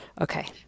Okay